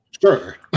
Sure